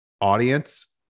audience